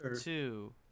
Two